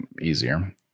easier